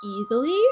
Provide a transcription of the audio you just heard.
easily